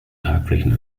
tragflächen